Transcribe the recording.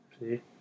See